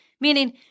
meaning